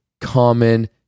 common